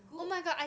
good